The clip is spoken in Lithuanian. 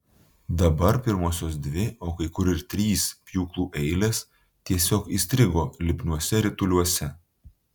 dabar pirmosios dvi o kai kur ir trys pjūklų eilės tiesiog įstrigo lipniuose rituliuose